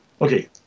Okay